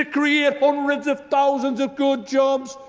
ah create hundreds of thousands of good jobs,